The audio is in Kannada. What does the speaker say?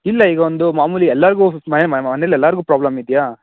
ಇಲ್ಲ ಈಗ ಒಂದು ಮಾಮೂಲಿ ಎಲ್ಲರಿಗೂ ಮನೆಯಲ್ಲಿ ಎಲ್ಲರಿಗೂ ಪ್ರಾಬ್ಲಮ್ ಇದೆಯಾ